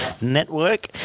Network